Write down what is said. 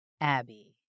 Abby